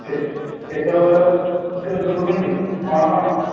କେତେ କେତେ ପ୍ରକାର ଚିତ୍ର ଶିଖୋଉଛନ୍ତି କ'ଣ କ'ଣ